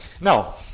Now